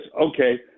okay